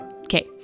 Okay